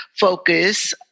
focus